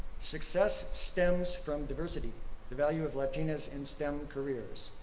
success stems from diversity the value of latinas in stem careers.